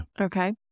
Okay